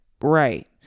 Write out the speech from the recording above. Right